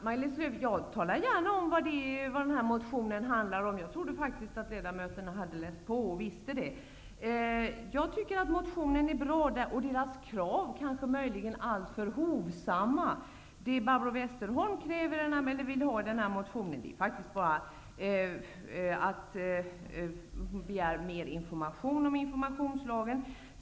Herr talman! Jag talar gärna om vad den här motionen handlar om, Maj-Lis Lööw. Jag trodde faktiskt att ledamöterna hade läst på och visste detta. Jag tycker att motionen är bra. Kraven är möjligen alltför hovsamma. Det Barbro Westerholm begär är mer information om inseminationslagen.